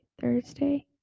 thursday